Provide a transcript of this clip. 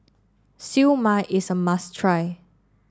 Siew Mai is a must try